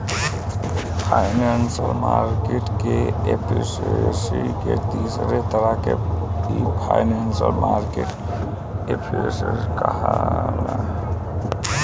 financial market के efficiency के तीसर तरह के इनफॉरमेशनल मार्केट एफिशिएंसी कहाला